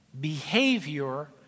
Behavior